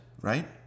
right